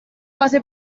base